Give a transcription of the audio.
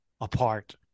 apart